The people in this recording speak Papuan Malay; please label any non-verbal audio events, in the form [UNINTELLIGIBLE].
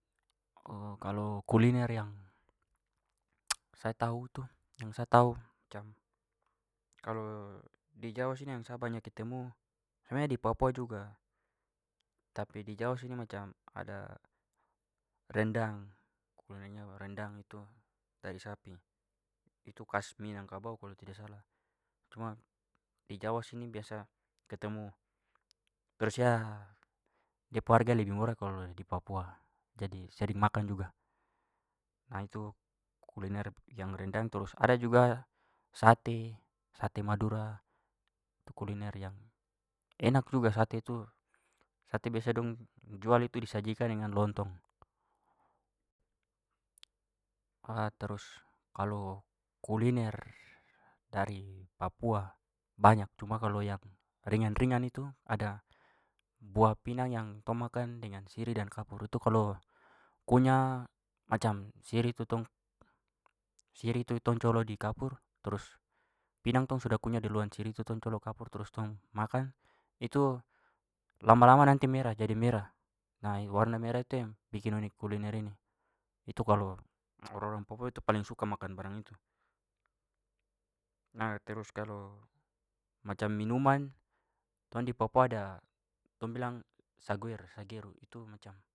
[HESITATION] kalo kuliner yang [NOISE] sa tahu tu- yang satu tahu macam kalo di jawa sini yang sa banyak ketemu, sebenarnya di papua juga, tapi di jawa sini macam ada rendang- kulinernya rendang itu dari sapi. Itu khas minangkabau kalo tidak salah cuma di jawa sini biasa ketemu. Trus ya da pu harga lebih murah kalau di papua jadi sering makan juga. [HESITATION] itu kuliner yang rendang. Trus ada juga sate- sate madura itu kuliner yang enak juga sate tu. Sate biasa dong jual itu disajikan dengan lontong. [NOISE] [HESITATION] trus kalau kuliner dari papua banyak cuma kalo yang ringan-ringan itu ada buah pinang yang tong makan dengan sirih dan kapur. Itu kalau kunya macam sirih itu tong- sirih itu tong colo di kapur trus, pinang tong sudah kunya duluan, sirih tu tong colo kapur trus tong makan itu lama-lama nanti merah- jadi merah, nah, warna merah itu yang bikin unik kuliner ini. Itu kalo orang-orang papua itu paling suka makan barang itu. Nah, terus kalo macam minuman tong di papua ada tong bilang saguer- sageru. [UNINTELLIGIBLE]